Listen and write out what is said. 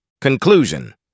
Conclusion